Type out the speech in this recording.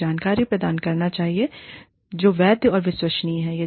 यह जानकारी प्रदान करना चाहिए जो वैध और विश्वसनीय है